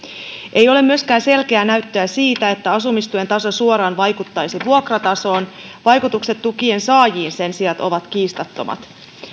ei ole myöskään selkeää näyttöä siitä että asumistuen taso suoraan vaikuttaisi vuokratasoon vaikutukset tukien saajiin sen sijaan ovat kiistattomat